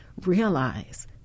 realize